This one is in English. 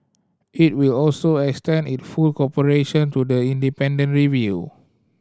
it will also extend it full cooperation to the independent review